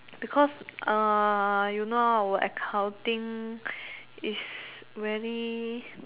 because err you know our accounting is very